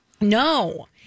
No